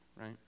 right